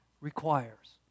requires